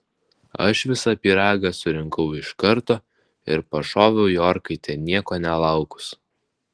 aš visą pyragą surinkau iš karto ir pašoviau į orkaitę nieko nelaukus